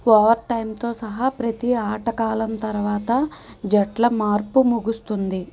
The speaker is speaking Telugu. ఓవర్ టైమ్తో సహా ప్రతి ఆట కాలం తర్వాత జట్ల మార్పు ముగుస్తుంది